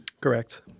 Correct